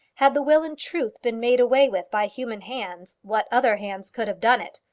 had the will in truth been made away with by human hands, what other hands could have done it?